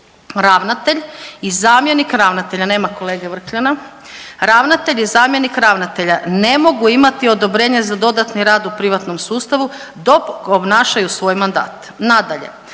ravnatelj i zamjenik ravnatelja ne mogu imati odobrenje za dodatni rad u privatnom sustavu dok obnašaju svoj mandat. Nadalje,